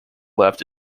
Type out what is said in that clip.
left